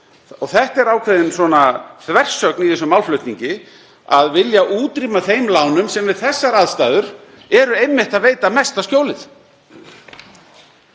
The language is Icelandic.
Það er ákveðin þversögn í þessum málflutningi, að vilja útrýma þeim lánum sem við þessar aðstæður veita einmitt mesta skjólið.